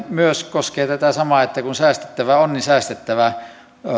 myös tätä tilusjärjestelyasiaa kun säästettävä on niin säästettävä